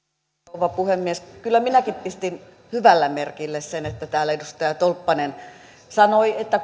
rouva puhemies kyllä minäkin pistin hyvällä merkille sen että täällä edustaja tolppanen sanoi että